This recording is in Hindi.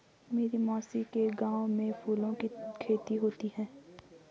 मेरी मौसी के गांव में फूलों की खेती होती है